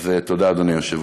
אז תודה, אדוני היושב-ראש.